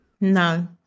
No